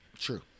True